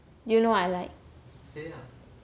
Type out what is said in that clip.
do you know what I like